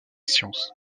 science